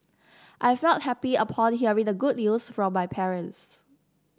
I felt happy upon hearing the good news from my parents